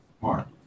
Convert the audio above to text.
Mark